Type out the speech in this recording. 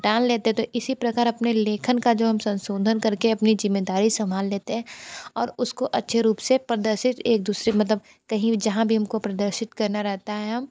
डाल लेते हैं तो इसी प्रकार अपने लेखन का जो हम संशोधन कर के अपनी ज़िम्मेदारी संभाल लेते हैं और उसको अच्छे रूप से प्रदर्शित एक दूसरे मतलब कहीं जहाँ भी हम को प्रदर्शित करना रहता है हम